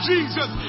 Jesus